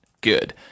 good